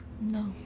No